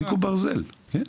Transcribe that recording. כן, יחזיקו ברזל כן,